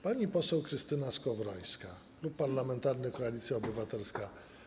Pani poseł Krystyna Skowrońska, Klub Parlamentarny Koalicja Obywatelska.